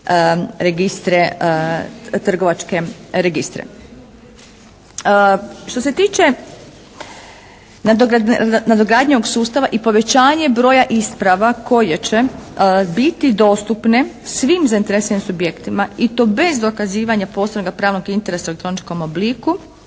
registre, trgovačke registre. Što se tiče nadogradnje ovog sustava i povećanje broja isprava koje će biti dostupne svim zainteresiranim subjektima i to bez dokazivanja posebnoga pravnoga interesa u elektroničkom obliku